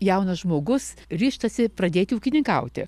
jaunas žmogus ryžtasi pradėti ūkininkauti